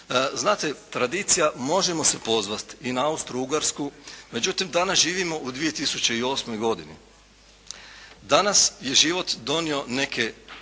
Znate tradicija možemo se pozvati i na austrougarsku. Međutim danas živimo u 2008. godini. Danas je život donio neke